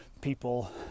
people